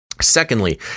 secondly